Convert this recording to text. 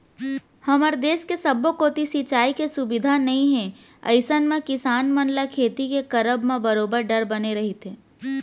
हमर देस के सब्बो कोती सिंचाई के सुबिधा नइ ए अइसन म किसान मन ल खेती के करब म बरोबर डर बने रहिथे